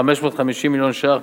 550 מיליון שקלים,